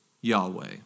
Yahweh